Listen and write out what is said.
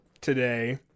today